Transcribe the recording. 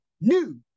new